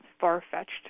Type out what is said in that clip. far-fetched